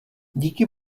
díky